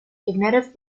cognitive